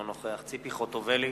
אינו נוכח ציפי חוטובלי,